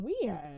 weird